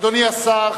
שמספרן 1910,